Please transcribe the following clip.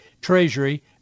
treasury